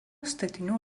statinių